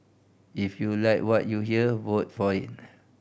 if you like what you hear vote for it